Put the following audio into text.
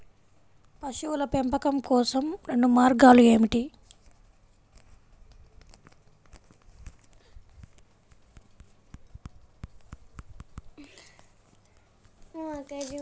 పశువుల పెంపకం కోసం రెండు మార్గాలు ఏమిటీ?